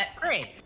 great